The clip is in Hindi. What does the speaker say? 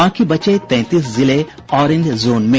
बाकी बचे तैंतीस जिले ऑरेंज जोन में